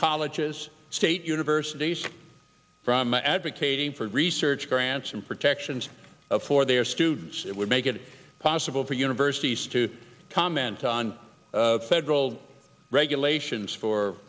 colleges state universities from advocating for research grants and protections for their students it would make it possible for universities to comment on federal regulations for